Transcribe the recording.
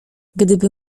gdyby